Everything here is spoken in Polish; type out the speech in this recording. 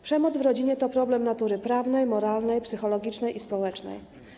Przemoc w rodzinie to problem natury prawnej, moralnej, psychologicznej i społecznej.